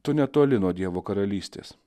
tu netoli nuo dievo karalystės